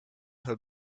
her